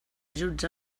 ajuts